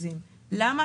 למה?